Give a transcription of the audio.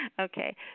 Okay